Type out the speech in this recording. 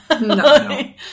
No